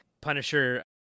Punisher